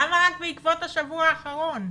למה רק בעקבות השבוע האחרון?